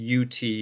UT